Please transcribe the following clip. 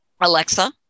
Alexa